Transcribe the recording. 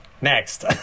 Next